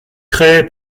créée